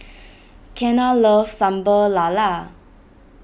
Kenna loves Sambal Lala